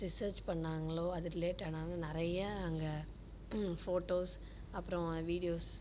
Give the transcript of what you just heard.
research பண்ணிணாங்களோ அது ரிலேட்டடாக நிறைய அங்கே போட்டோஸ் அப்புறம் வீடியோஸ்